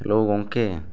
hello ᱜᱚᱢᱠᱮ